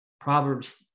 Proverbs